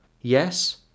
yes